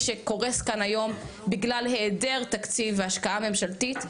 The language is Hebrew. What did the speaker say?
שקורס כאן היום בגלל העדר תקציב והשקעה ממשלתית,